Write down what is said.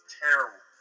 terrible